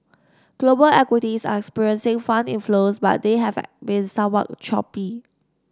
global equities are experiencing fund inflows but they have been somewhat choppy